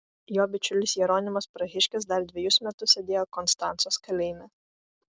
jo bičiulis jeronimas prahiškis dar dvejus metus sėdėjo konstancos kalėjime